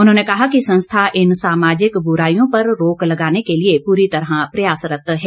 उन्होंने कहा कि संस्था इन सामाजिक बुराईयों पर रोक लगाने के लिए पूरी तरह प्रयासरत्त हैं